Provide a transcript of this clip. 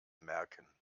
merken